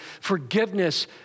forgiveness